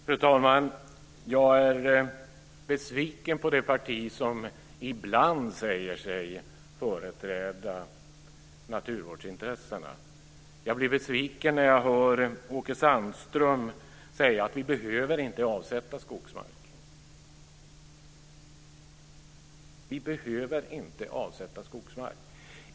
Fru talman! Jag är besviken på det parti som ibland säger sig företräda naturvårdsintressena. Jag blir besviken när jag hör Åke Sandström säga att vi inte behöver avsätta skogsmark.